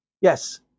Yes